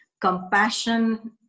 Compassion